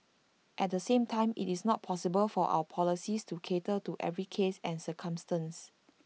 at the same time IT is not possible for our policies to cater to every case and circumstance